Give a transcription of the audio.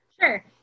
Sure